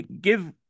give